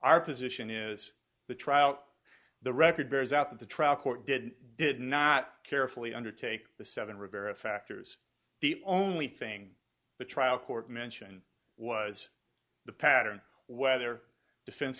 our position is the trial the record bears out that the trial court did did not carefully undertake the seven rivera factors the only thing the trial court mentioned was the pattern whether defense